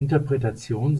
interpretation